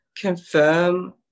confirm